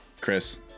Chris